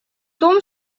том